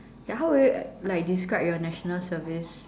ya how would you like describe your national service